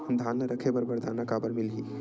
धान ल रखे बर बारदाना काबर मिलही?